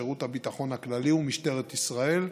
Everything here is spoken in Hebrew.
שירות הביטחון הכללי ומשטרת ישראל,